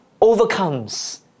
Overcomes